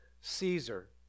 Caesar